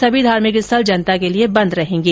सभी धार्मिक स्थल जनता के लिए बंद रहेंगे